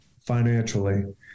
financially